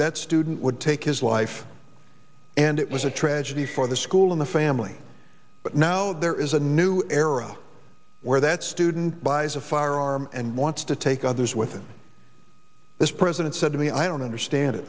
that student would take his life and it was a tragedy for the school in the family but now there is a new era where that student buys a firearm and wants to take others with it this president said to me i don't understand it